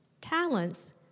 talents